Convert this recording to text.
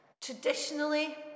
traditionally